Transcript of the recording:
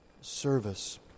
service